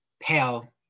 Pale